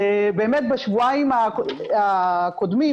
באמת בשבועיים הקודמים,